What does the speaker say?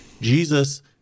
Jesus